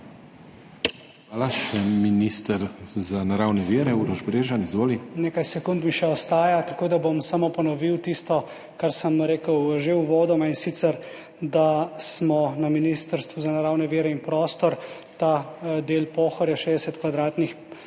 BREŽAN (minister naravne vire in prostor): Nekaj sekund mi še ostaja, tako da bom samo ponovil tisto, kar sem rekel že uvodoma. In sicer da smo na Ministrstvu za naravne vire in prostor ta del Pohorja, 60 kvadratnih